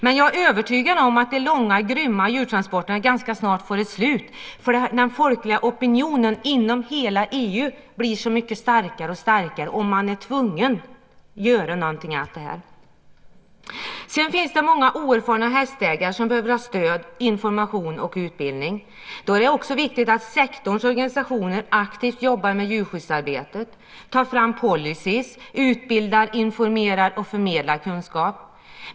Jag är övertygad om att de långa, grymma djurtransporterna snart får ett slut när den folkliga opinionen inom hela EU blir så mycket starkare. Man blir tvungen att göra någonting åt det. Det finns många oerfarna hästägare som behöver ha stöd, information och utbildning. Då är det också viktigt att sektorns organisationer aktivt jobbar med djurskyddsarbetet, tar fram policyer, utbildar, informerar och förmedlar kunskap.